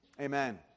Amen